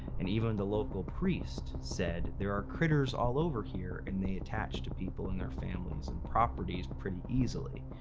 and even the local priest said, there are critters all over here, and they attach to people and their families and properties pretty easily.